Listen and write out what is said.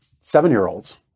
seven-year-olds